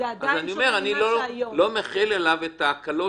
אז אני אומר שאני לא מחיל עליו את ההקלות